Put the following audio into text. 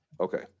okay